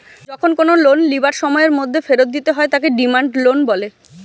যখন কোনো লোন লিবার সময়ের মধ্যে ফেরত দিতে হয় তাকে ডিমান্ড লোন বলে